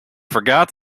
forgot